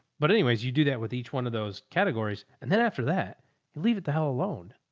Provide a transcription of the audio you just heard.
but anyways, you do that with each one of those categories. and then after that you leave it the hell alone.